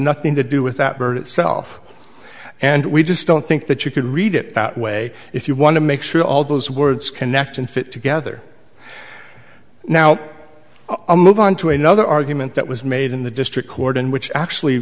nothing to do with that bird itself and we just don't think that you could read it that way if you want to make sure all those words connect and fit together now i'm move on to another argument that was made in the district court in which actually